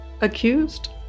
accused